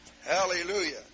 Hallelujah